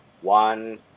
one